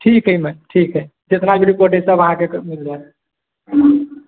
ठीक है मैम ठीक है जेतना भी रिपोर्ट है सब अहाँकेॅं मिल जायत